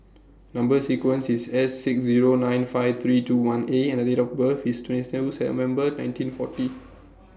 Number sequence IS S six Zero nine five three two one A and Date of birth IS nineteen forty